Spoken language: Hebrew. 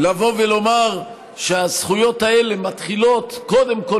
לבוא ולומר שהזכויות האלה מתחילות קודם כול